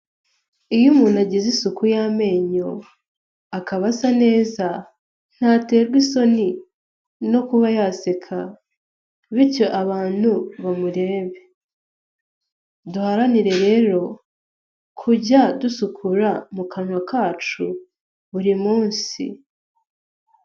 Iyo umuntu agize isuku y'amenyo, akaba asa neza ntaterwa isoni no kuba yaseka, bityo abantu babirebe. Duharanire rero kujya dusukura mu kanwa kacu buri munsi.